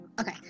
Okay